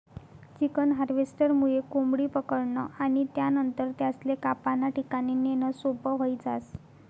chicken हार्वेस्टरमुये कोंबडी पकडनं आणि त्यानंतर त्यासले कापाना ठिकाणे नेणं सोपं व्हयी जास